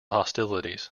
hostilities